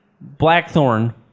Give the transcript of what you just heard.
Blackthorn